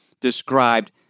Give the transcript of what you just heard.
described